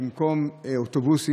במקום אוטובוסים